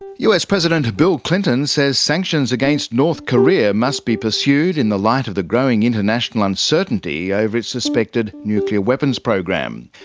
us president bill clinton says sanctions against north korea must be pursued in the light of the growing international uncertainty over its suspected nuclear weapons program.